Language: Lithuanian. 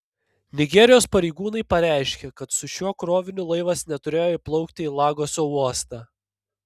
nigerijos pareigūnai pareiškė kad su šiuo kroviniu laivas neturėjo įplaukti į lagoso uostą